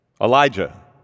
Elijah